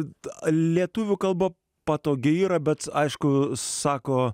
kad lietuvių kalba patogi yra bet aišku sako